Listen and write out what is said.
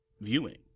viewing